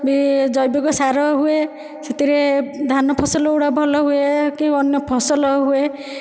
ବି ଜୈବିକ ସାର ହୁଏ ସେଥିରେ ଧାନ ଫସଲ ଗୁଡ଼ାକ ଭଲ ହୁଏ ଅନ୍ୟ ଫସଲ ହୁଏ